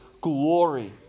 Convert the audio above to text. glory